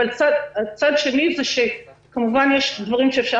אבל צד שני הוא שכמובן יש דברים שאפשר